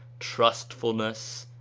trust fulness,